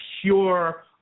pure